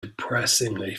depressingly